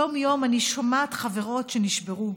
יום-יום אני שומעת חברות שנשברו,